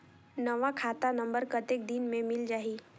नवा खाता नंबर कतेक दिन मे मिल जाही?